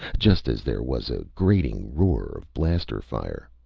just as there was a grating roar of blaster fire.